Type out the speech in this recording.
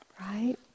right